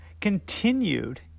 continued